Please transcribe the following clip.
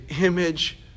image